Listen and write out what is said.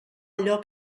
allò